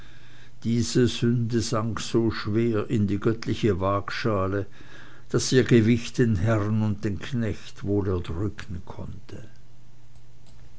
diese sünde sank so schwer in die göttliche waagschale daß ihr gewicht den herrn und den knecht wohl erdrücken konnte